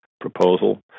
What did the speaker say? proposal